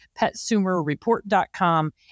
petsumerreport.com